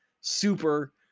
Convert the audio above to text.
Super